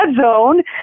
zone